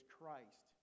Christ